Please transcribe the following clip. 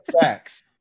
facts